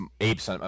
Apes